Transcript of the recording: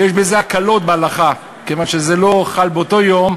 ויש בזה הקלות בהלכה, כיוון שזה לא חל באותו יום,